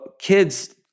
kids